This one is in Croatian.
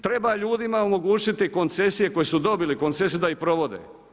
Treba ljudima omogućiti koncesije, koji su dobili koncesije da ih provode.